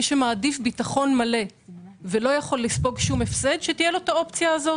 מי שמעדיף ביטחון מלא ולא יכול לספוג שום הפסד שתהיה לו האופציה הזאת.